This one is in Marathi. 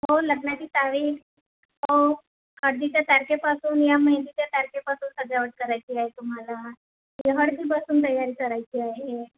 हो लग्नाची तारीख हो हळदीच्या तारखेपासून या मेहेंदीच्या तारखेपासून सजावट करायची आहे तुम्हाला हळदीपासून तयारी करायची आहे